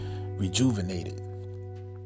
rejuvenated